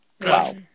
Wow